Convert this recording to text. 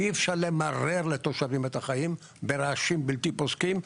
אי אפשר למרר לתושבים את החיים ברעשים בלתי פוסקים,